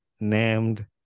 named